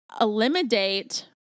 eliminate